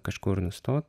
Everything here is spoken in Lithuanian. kažkur nusto